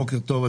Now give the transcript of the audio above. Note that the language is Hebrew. בוקר טוב,